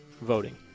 voting